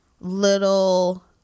little